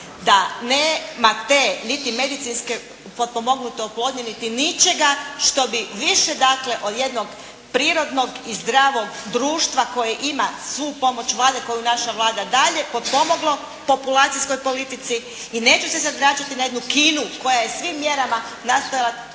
Da nema te niti medicinske potpomognute oplodnje, niti ničega što bi više dakle od jednog prirodnog i zdravog društva koje ima svu pomoć Vlade koju naša Vlada daje, potpomoglo populacijskoj politici i neću se sada vraćati na jednu Kinu koja je svim mjerama nastojala